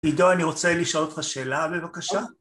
עידו, אני רוצה לשאול אותך שאלה בבקשה